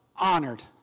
honored